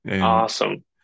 Awesome